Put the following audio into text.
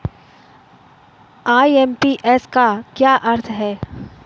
IMPS का क्या अर्थ है?